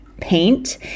paint